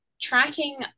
tracking